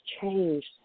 changed